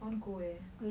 I want to go eh